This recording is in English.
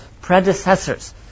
predecessors